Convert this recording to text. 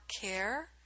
care